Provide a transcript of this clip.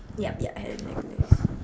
yup yup I have a necklace